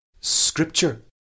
Scripture